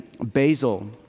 Basil